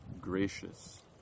gracious